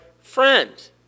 friend